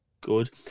good